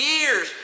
years